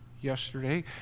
yesterday